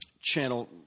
Channel –